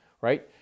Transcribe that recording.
right